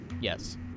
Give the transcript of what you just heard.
Yes